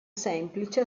semplice